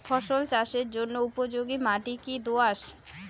ফসল চাষের জন্য উপযোগি মাটি কী দোআঁশ?